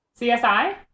CSI